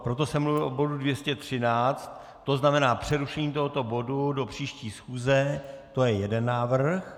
Proto jsem mluvil o bodu 213, to znamená přerušení tohoto bodu do příští schůze, to je jeden návrh.